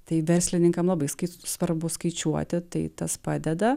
tai verslininkam labai svarbu skaičiuoti tai tas padeda